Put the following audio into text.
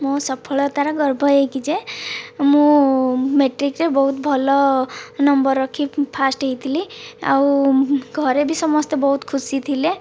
ମୋ' ସଫଳତାର ଗର୍ବ ଏହିକି ଯେ ମୁଁ ମେଟ୍ରିକରେ ବହୁତ ଭଲ ନମ୍ବର ରଖି ଫାଷ୍ଟ ହୋଇଥିଲି ଆଉ ଘରେ ବି ସମସ୍ତେ ବହୁତ ଖୁସି ଥିଲେ